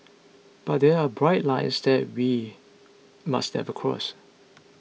but there are bright lines that we must never cross